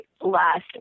last